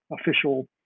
official